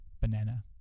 banana